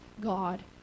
God